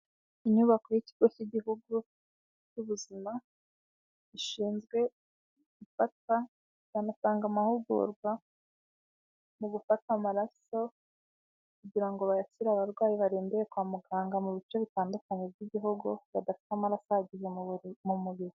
Inyubako y'ikigo cy'igihugu cy'ubuzima gishinzwe ifatwa kikanatanga amahugurwa mu gufata amaraso kugira ngo bakire abarwayi barembeye kwa muganga mu bice bitandukanye by'igihugu badafite amaraso ahagije mu mubiri.